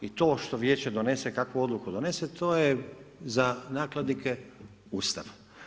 I to što vijeće donese, kakvu odluku donese, to je za nakladnike Ustav.